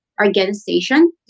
organization